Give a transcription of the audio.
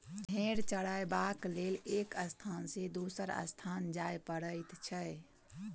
भेंड़ चरयबाक लेल एक स्थान सॅ दोसर स्थान जाय पड़ैत छै